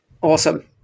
Awesome